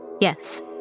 Yes